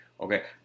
Okay